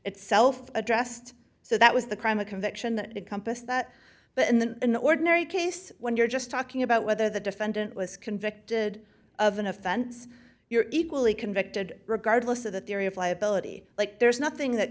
itself addressed so that was the crime of conviction that encompassed that but in the in ordinary case when you're just talking about whether the defendant was convicted of an offense you're equally convicted regardless of the theory of liability like there's nothing that